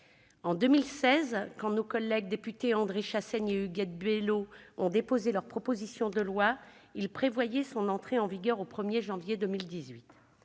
En 2016, quand nos collègues députés André Chassaigne et Huguette Bello ont déposé leur proposition de loi, ils prévoyaient son entrée en vigueur au 1 janvier 2018.